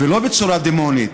ולא בצורה דמונית.